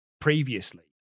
previously